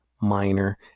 minor